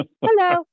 Hello